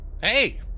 Hey